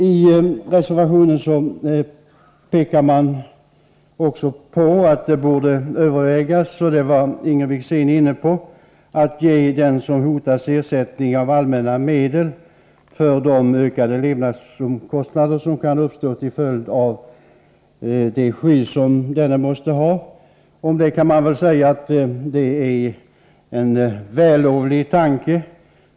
I reservationen säger man också — och det var även Inger Wickzén inne på — att det borde övervägas att ge den som hotas ersättning av allmänna medel för de ökade levnadsomkostnader som kan uppstå till följd av det skydd som den hotade måste ha. Om detta kan man väl säga att det är en vällovlig tanke.